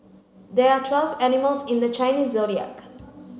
there are twelve animals in the Chinese Zodiac